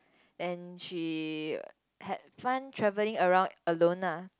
and she had fun travelling around alone lah